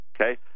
okay